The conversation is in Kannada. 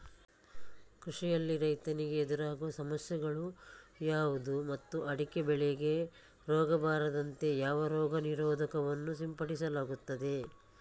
ಕೃಷಿಯಲ್ಲಿ ರೈತರಿಗೆ ಎದುರಾಗುವ ಸಮಸ್ಯೆಗಳು ಯಾವುದು ಮತ್ತು ಅಡಿಕೆ ಬೆಳೆಗೆ ರೋಗ ಬಾರದಂತೆ ಯಾವ ರೋಗ ನಿರೋಧಕ ವನ್ನು ಸಿಂಪಡಿಸಲಾಗುತ್ತದೆ?